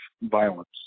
violence